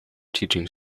teaching